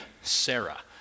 Sarah